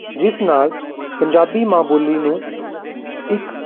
ਜਿਸ ਨਾਲ ਪੰਜਾਬੀ ਮਾਂ ਬੋਲੀ ਨੂੰ ਇੱਕ